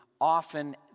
Often